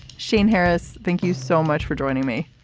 shane harris thank you so much for joining me.